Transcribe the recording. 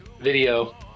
video